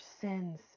sins